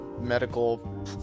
medical